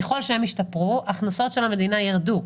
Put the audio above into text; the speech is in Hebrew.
ככל שהם ישתפרו ההכנסות של המדינה ירדו,